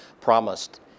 promised